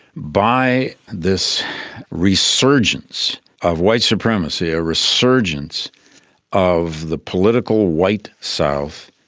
by this resurgence of white supremacy, a resurgence of the political white south,